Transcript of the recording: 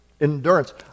endurance